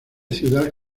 ciudad